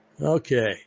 Okay